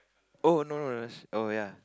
oh no no oh ya